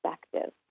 perspective